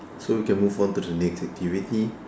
so we can move on to the next activity